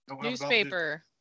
Newspaper